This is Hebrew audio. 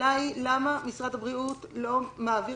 השאלה היא למה משרד הבריאות לא מעביר